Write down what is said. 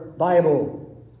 bible